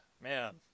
Man